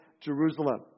Jerusalem